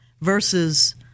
versus